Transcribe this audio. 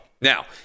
Now